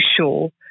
sure